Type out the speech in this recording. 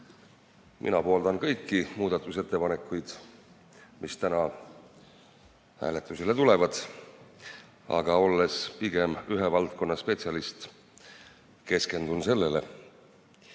Mina pooldan kõiki muudatusettepanekuid, mis täna hääletusele tulevad. Aga olles pigem ühe valdkonna spetsialist, keskendun